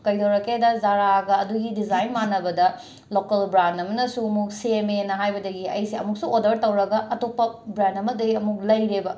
ꯀꯩꯗꯧꯔꯛꯀꯦꯗ ꯖꯥꯔꯥꯒ ꯑꯗꯨꯒꯤ ꯗꯤꯖꯥꯏꯟ ꯃꯥꯟꯅꯕꯗ ꯂꯣꯀꯦꯜ ꯕ꯭ꯔꯥꯟ ꯑꯃꯅꯁꯨ ꯑꯃꯨꯛ ꯁꯦꯝꯃꯦꯅ ꯍꯥꯏꯕꯗꯒꯤ ꯑꯩꯁꯦ ꯑꯃꯨꯛꯁꯨ ꯑꯣꯔꯗꯔ ꯇꯧꯔꯒ ꯑꯇꯣꯞꯄ ꯕ꯭ꯔꯥꯟ ꯑꯃꯗꯒꯤ ꯑꯃꯨꯛ ꯂꯩꯔꯦꯕ